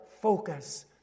focus